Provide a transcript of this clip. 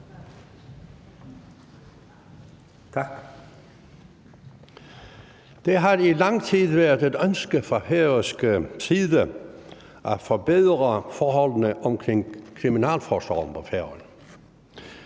Det har i lang tid været et ønske fra færøsk side at forbedre forholdene omkring kriminalforsorgen på Færøerne,